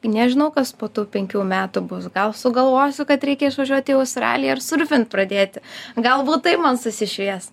nežinau kas po tų penkių metų bus gal sugalvosiu kad reikia išvažiuot į australiją ir surfint pradėti galbūt taip man susišvies